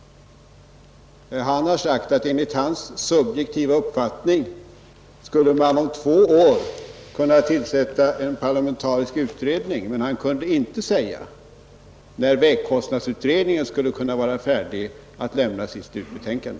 Han har sagt att man — enligt hans subjektiva uppfattning — om två år skulle kunna tillsätta en parlamentarisk utredning, men han kunde inte säga när vägkostnadsutredningen skulle kunna vara klar att lägga fram sitt slutbetänkande.